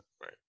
right